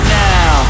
now